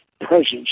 presence